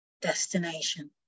destination